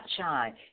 shine